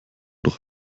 noch